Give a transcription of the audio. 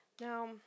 Now